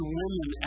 women